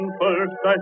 first